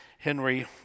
Henry